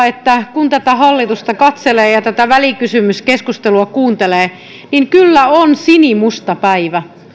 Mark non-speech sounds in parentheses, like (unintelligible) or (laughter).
(unintelligible) että kun tätä hallitusta katselee ja tätä välikysymyskeskustelua kuuntelee niin kyllä on sinimusta päivä